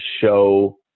show